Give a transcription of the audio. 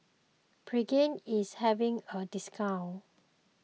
Pregain is having a discount